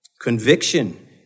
conviction